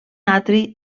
atri